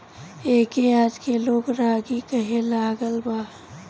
एके आजके लोग रागी कहे लागल बा